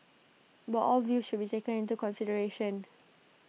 but all views should be taken into consideration